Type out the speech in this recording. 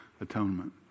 atonement